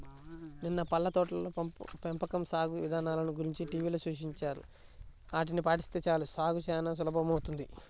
నిన్న పళ్ళ తోటల పెంపకం సాగు ఇదానల గురించి టీవీలో చూపించారు, ఆటిని పాటిస్తే చాలు సాగు చానా సులభమౌతది